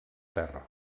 terra